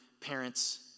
parents